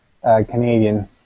Canadian